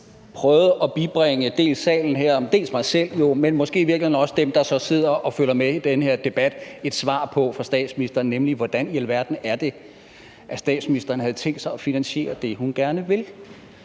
men måske i virkeligheden også dem, der sidder og følger med i den her debat, altså et svar fra statsministeren på, hvordan i alverden statsministeren havde tænkt sig at finansiere det, hun gerne vil.